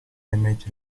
damage